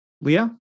Leah